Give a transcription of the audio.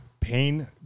pain